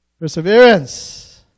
Perseverance